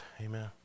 amen